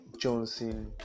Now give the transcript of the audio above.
Johnson